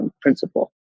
principle